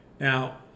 Now